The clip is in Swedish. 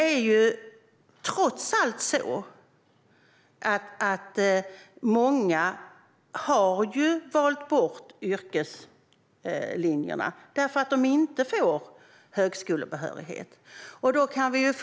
Trots allt har många valt bort yrkeslinjerna därför att de inte får högskolebehörighet.